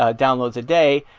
ah downloads a day.